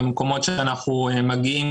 במקומות אליהם אנחנו מגיעים,